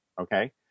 okay